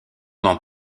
dans